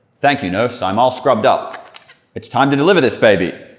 thank you. nurse i'm all scrubbed up it's time to deliver this baby!